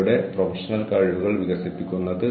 അങ്ങനെയാണ് മനുഷ്യവിഭവശേഷി വികസിക്കുന്നത്